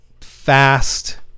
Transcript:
fast